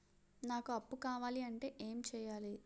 నాకు అప్పు కావాలి అంటే ఎం చేయాలి?